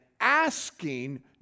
asking